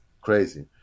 crazy